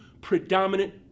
predominant